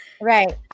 Right